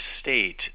state